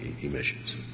emissions